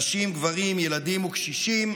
נשים, גברים, ילדים וקשישים,